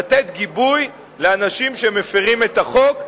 לתת גיבוי לאנשים שמפירים את החוק,